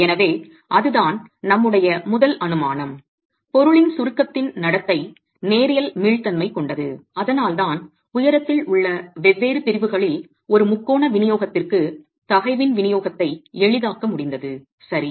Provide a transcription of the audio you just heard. எனவே அதுதான் நம்முடைய முதல் அனுமானம் பொருளின் சுருக்கத்தின் நடத்தை நேரியல் மீள்தன்மை கொண்டது அதனால்தான் உயரத்தில் உள்ள வெவ்வேறு பிரிவுகளில் ஒரு முக்கோண விநியோகத்திற்கு தகைவின் விநியோகத்தை எளிதாக்க முடிந்தது சரி